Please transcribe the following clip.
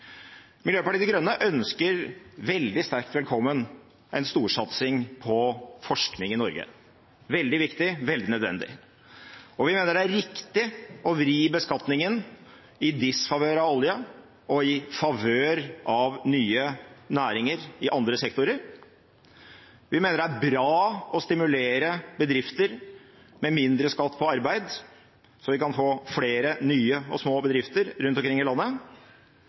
Miljøpartiet De Grønne ønsker veldig sterkt velkommen en storsatsing på forskning i Norge. Det er veldig viktig og veldig nødvendig. Vi mener det er riktig å vri beskatningen i disfavør av olje og i favør av nye næringer i andre sektorer. Vi mener det er bra å stimulere bedrifter med mindre skatt på arbeid, så vi kan få flere nye og små bedrifter rundt omkring i landet.